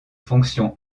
fonctions